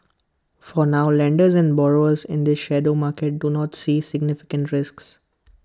for now lenders and borrowers in this shadow market do not see significant risks